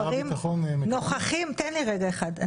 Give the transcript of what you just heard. שר הביטחון --- תן לי רגע אחד.